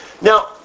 Now